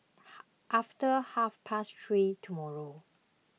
after half past three tomorrow